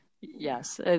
Yes